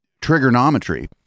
Trigonometry